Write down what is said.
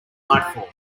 nightfall